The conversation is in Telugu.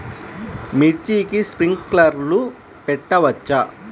మిర్చికి స్ప్రింక్లర్లు పెట్టవచ్చా?